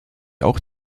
auch